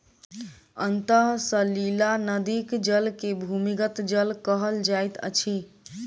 अंतः सलीला नदीक जल के भूमिगत जल कहल जाइत अछि